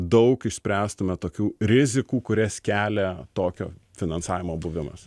daug išspręstume tokių rizikų kurias kelia tokio finansavimo buvimas